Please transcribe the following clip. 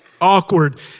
Awkward